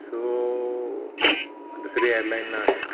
so दुसरी airline ना न्ही